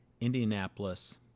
Indianapolis